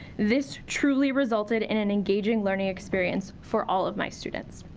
this truly resulted in an engaging learning experience for all of my students.